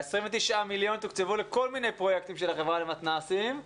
29 מיליון תוקצבו לכל מיני פרויקטים של החברה למתנ"סים.